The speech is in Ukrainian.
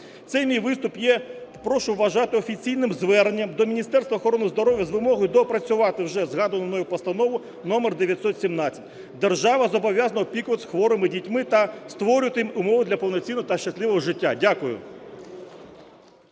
Цей мій виступ прошу вважати офіційним зверненням до Міністерства охорони здоров'я з вимогою доопрацювати вже згадану мною Постанову № 917. Держава зобов'язана опікуватися хворими дітьми та створювати їм умови для повноцінного та щасливого життя. Дякую.